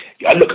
Look